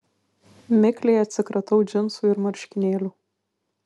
mikliai atsikratau džinsų ir marškinėlių